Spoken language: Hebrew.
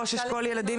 ראש אשכול ילדים,